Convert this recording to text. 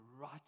right